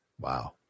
Wow